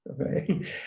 okay